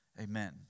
Amen